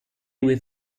with